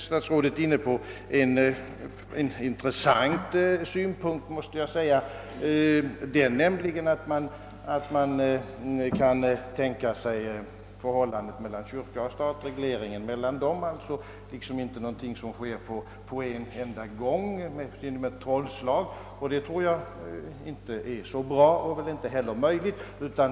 Statsrådet tog vidare upp en intressant synpunkt, nämligen att regleringen av förhållandet mellan kyrka och stat inte kan genomföras på en gång såsom genom ett trollslag. Inte heller jag tror att detta skulle vara så bra, och det är väl knappast möjligt med en sådan hastig reglering.